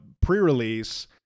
pre-release